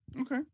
Okay